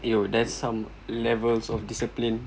yo that's some levels of discipline